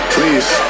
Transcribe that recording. Please